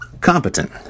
competent